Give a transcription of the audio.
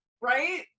Right